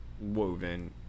woven